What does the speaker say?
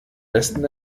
besten